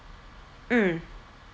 mm